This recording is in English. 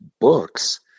books